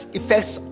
effects